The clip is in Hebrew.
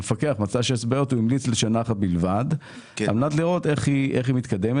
המפקח המליץ לשנה אחת בלבד על מנת לראות איך היא מתקדמת.